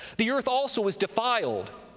the earth also is defiled.